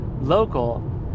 local